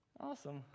Awesome